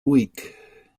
week